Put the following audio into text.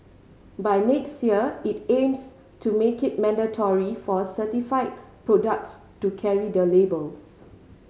by next year it aims to make it mandatory for certified products to carry the labels